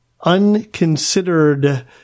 unconsidered